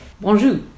Bonjour